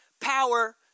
power